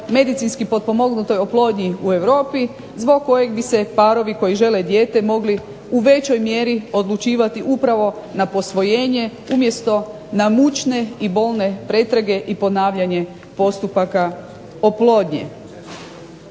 medicinski potpomognutoj oplodnji u Europi zbog kojeg bi se parovi koji žele dijete mogli u većoj mjeri odlučivati upravo na posvojenje umjesto na mučne i bolne pretrage i ponavljanje postupaka oplodnje.